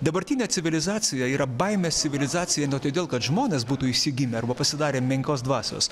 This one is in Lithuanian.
dabartinė civilizacija yra baimės civilizacija ne todėl kad žmonės būtų išsigimę arba pasidarę menkos dvasios